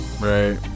right